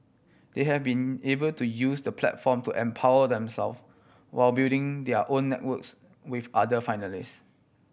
they have been able to use the platform to empower them self while building their own networks with other finalist